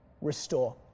restore